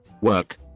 Work